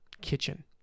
kitchen